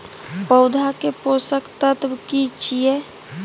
पौधा के पोषक तत्व की छिये?